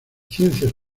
ciencias